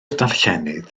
darllenydd